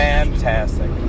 Fantastic